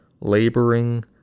laboring